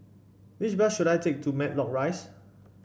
which bus should I take to Matlock Rise